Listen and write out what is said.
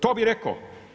To bih rekao.